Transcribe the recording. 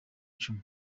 icumi